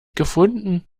gefunden